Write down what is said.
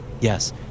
Yes